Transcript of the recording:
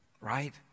right